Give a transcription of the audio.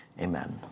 amen